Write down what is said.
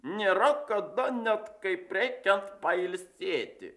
nėra kada net kaip reikiant pailsėti